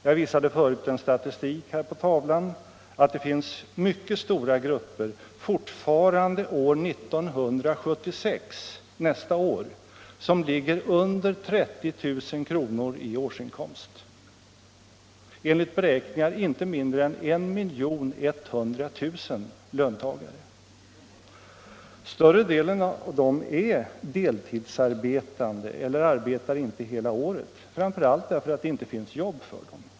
Jag visade förut en statistik här på TV-skärmen som gjorde klart att det fortfarande år 1976, alltså nästa år, finns mycket stora grupper som ligger under 30 000 kr. i årsinkomst — enligt beräkningar inte mindre än 1 100 000 löntagare. Större delen av dem är deltidsarbetande eller arbetar inte hela året framför allt därför att det inte finns jobb för dem.